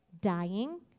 dying